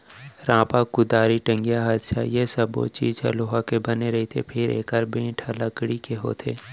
रांपा, कुदारी, टंगिया, हँसिया ए सब्बो चीज ह लोहा के बने रथे फेर एकर बेंट ह लकड़ी के होथे